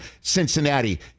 Cincinnati